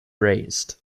raised